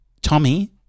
Tommy